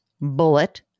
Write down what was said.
Bullet